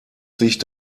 sich